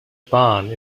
barn